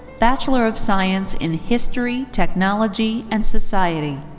bachelor of science in history, technology, and society.